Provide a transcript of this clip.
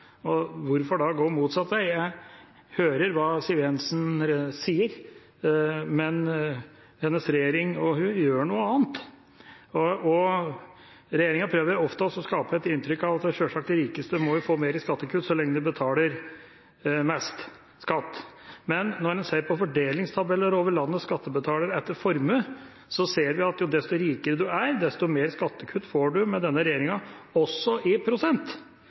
Hvorfor da gå motsatt vei? Jeg hører hva Siv Jensen sier, men hennes regjering og hun gjør noe annet. Regjeringa prøver ofte å skape et inntrykk av at de rikeste sjølsagt må få mer i skattekutt så lenge de betaler mest skatt, men når en ser på fordelingstabeller over landets skattebetalere etter formue, ser vi at desto rikere man er, desto mer skattekutt får man med denne regjeringa også i prosent.